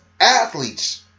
athletes